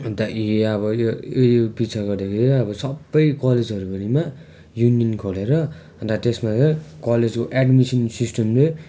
अन्त ई अब यो उयो पिछा गर्दाखेरि अब सबै कलेजहरूभरिमा युनियन खोलेर अन्त त्यसमा क्या कलेजको एड्मिसन सिस्टमले